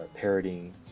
parroting